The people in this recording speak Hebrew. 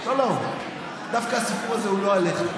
לא, לא, דווקא הסיפור הזה הוא לא עליך.